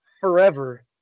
forever